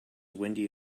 windy